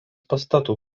pastatų